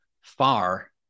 far